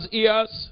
ears